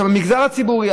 במגזר הציבורי,